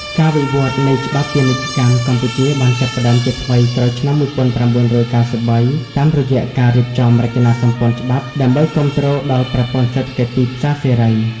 ការវិវត្តនៃច្បាប់ពាណិជ្ជកម្មកម្ពុជាបានចាប់ផ្ដើមជាថ្មីក្រោយឆ្នាំ ១៩៩៣ តាមរយៈការរៀបចំរចនាសម្ព័ន្ធច្បាប់ ដើម្បីគាំទ្រដល់ប្រព័ន្ធសេដ្ឋកិច្ចទីផ្សារសេរី។